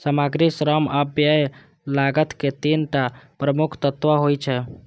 सामग्री, श्रम आ व्यय लागत के तीन टा प्रमुख तत्व होइ छै